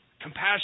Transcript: compassion